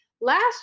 Last